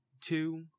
two